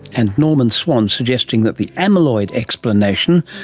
and norman swan suggesting that the amyloid explanation,